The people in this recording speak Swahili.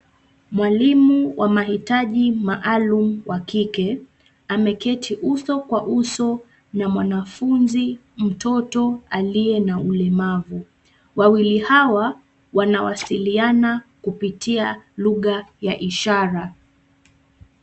Mwalimu wa mahitaji maalum wa kike, ameketi uso kwa uso na mwanafunzi mtoto aliye na ulemavu. Wawili hawa wanawasiliana kupitia lugha ya ishara.